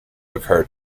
occur